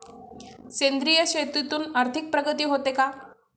सेंद्रिय शेतीतून आर्थिक प्रगती होते का?